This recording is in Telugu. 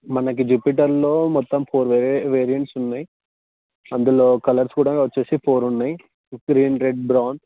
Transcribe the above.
మనకి జుపిటర్లో మొత్తం ఫోర్ వేరియ వేరియంట్స్ ఉన్నాయి అందులో కలర్స్ కూడా వచ్చేసి ఫోర్ ఉన్నాయి గ్రీన్ రెడ్ బ్రౌన్